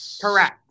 Correct